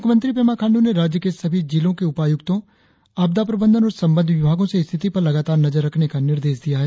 मुख्यमंत्री पेमा खांडू ने राज्य के सभी जिलों के उपायुक्तों आपदा प्रबंधन और संबद्ध विभागों से स्थिति पर लगातार नजर रखने का निर्देश दिया है